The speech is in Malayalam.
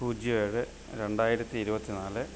പൂജ്യം ഏഴ് രണ്ടായിരത്തി ഇരുപത്തിനാല്